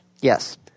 Yes